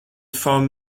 from